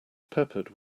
peppered